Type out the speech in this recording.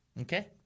Okay